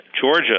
Georgia